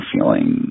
feeling